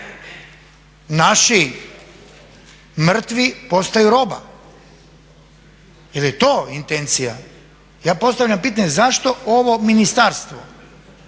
naši mrtvi postaju roba? Je li to intencija? Ja postavljam pitanje zašto ovo ministarstvo